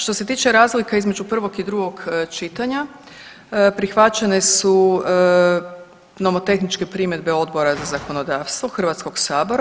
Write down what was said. Što se tiče razlika između prvog i drugog čitanja prihvaćene su nomotehničke primjedbe Odbora za zakonodavstvo Hrvatskog sabora.